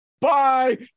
Bye